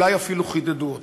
אולי אפילו חידדו אותו.